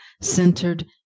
centered